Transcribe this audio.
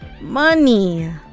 money